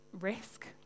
risk